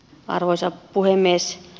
arvoisa puhemies